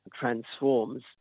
transforms